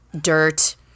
dirt